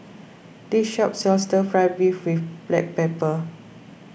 this shop sells Stir Fry Beef with Black Pepper